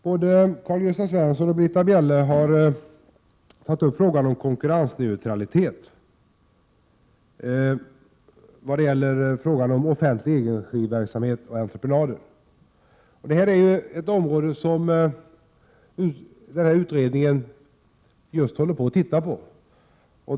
Både Karl-Gösta Svenson och Britta Bjelle har tagit upp frågan om konkurrensneutralitet när det gäller offentlig egenregiverksamhet och entreprenader. Det är ett område som utredningen just tittar närmare på.